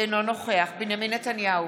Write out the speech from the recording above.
אינו נוכח בנימין נתניהו,